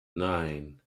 nine